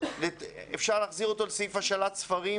אפשר להחזיר אותו לסעיף השאלת ספרים